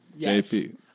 JP